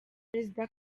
perezida